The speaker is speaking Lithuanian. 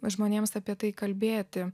žmonėms apie tai kalbėti